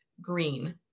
green